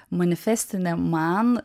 manifestinė man